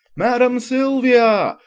madam silvia!